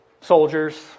soldiers